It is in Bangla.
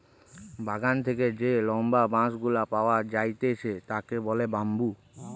বাগান থেকে যে লম্বা বাঁশ গুলা পাওয়া যাইতেছে তাকে বলে বাম্বু